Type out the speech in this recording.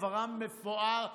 עברם מפואר מאוד.